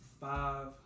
Five